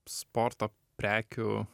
sporto prekių